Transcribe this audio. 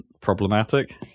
problematic